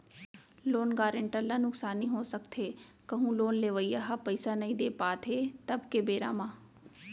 loan guarantor ल नुकसानी हो सकथे कहूँ लोन लेवइया ह पइसा नइ दे पात हे तब के बेरा म